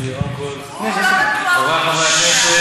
חברי חברי הכנסת,